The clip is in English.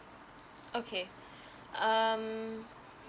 okay um